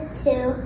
two